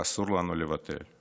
ואסור לנו לוותר.